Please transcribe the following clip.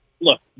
look